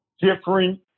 different